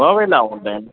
ॿ वेला हूंदा आहिनि